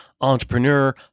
Entrepreneur